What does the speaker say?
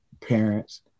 parents